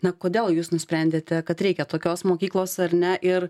na kodėl jūs nusprendėte kad reikia tokios mokyklos ar ne ir